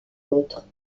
autres